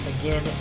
again